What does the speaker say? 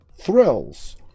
thrills